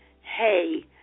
hey